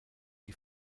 die